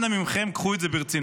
אנא מכם, קחו את זה ברצינות.